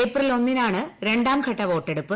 April ഒന്നിനാണ് രണ്ടാംഘട്ട വോട്ടെടുപ്പ്